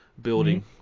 building